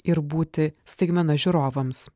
ir būti staigmena žiūrovams